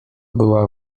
była